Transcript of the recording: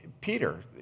Peter